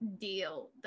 deal